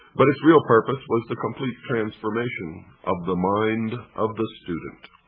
but its real purpose was the complete transformation of the mind of the student.